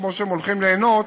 כמו שהם הולכים ליהנות